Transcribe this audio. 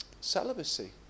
celibacy